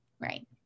right